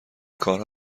کارها